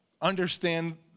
understand